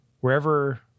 wherever